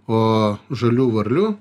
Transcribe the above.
o žalių varlių